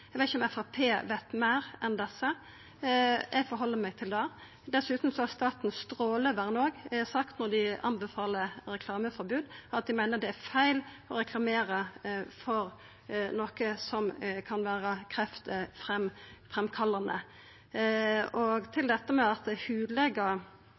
Eg veit ikkje om Framstegspartiet veit meir enn desse. Eg held meg til det. Dessutan har Statens strålevern òg sagt når dei anbefaler reklameforbod, at dei meiner det er feil å reklamera for noko som kan vera